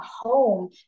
home